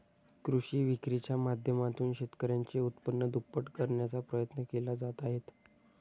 कृषी विक्रीच्या माध्यमातून शेतकऱ्यांचे उत्पन्न दुप्पट करण्याचा प्रयत्न केले जात आहेत